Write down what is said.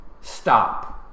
stop